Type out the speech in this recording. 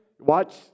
Watch